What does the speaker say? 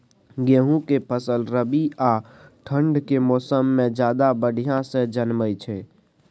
गेहूं के फसल रबी आ ठंड के मौसम में ज्यादा बढ़िया से जन्में छै?